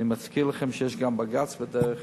אני מזכיר לכם שיש גם בג"ץ בדרך.